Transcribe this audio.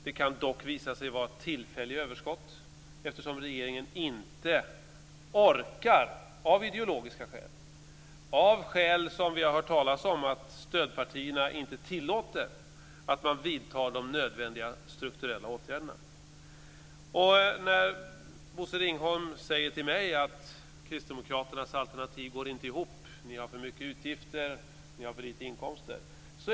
Det kan dock visa sig vara tillfälliga överskott, eftersom regeringen - av ideologiska skäl och därför att stödpartierna, såsom vi har hört talas om, inte tillåter det - inte orkar vidta de nödvändiga strukturella åtgärderna. Bosse Ringholm säger till mig att Kristdemokraternas alternativ inte går ihop, att vi har för mycket utgifter och för lite inkomster.